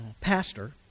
pastor